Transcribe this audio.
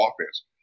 offense